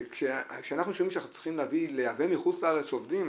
וכשאנחנו שומעים שאנחנו צריכים לייבא מחוץ לארץ עובדים,